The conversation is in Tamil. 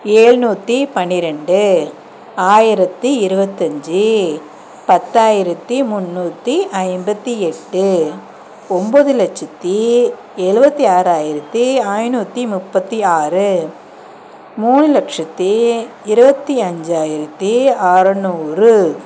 எழுநூத்தி பன்னிரெண்டு ஆயிரத்து இருபத்தஞ்சி பத்தாயிரத்து முன்னூற்றி ஐம்பத்து எட்டு ஒம்பது லட்சத்து எழுபத்தி ஆறாயிரத்து ஐநூற்றி முப்பத்து ஆறு மூணு லட்சத்து இருபத்தி அஞ்சாயிரத்து அறநூறு